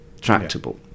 tractable